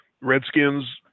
Redskins